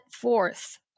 forth